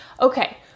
okay